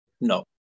No